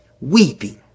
weeping